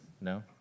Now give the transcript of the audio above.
No